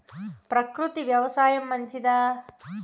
ప్రకృతి వ్యవసాయం మంచిదా?